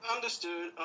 Understood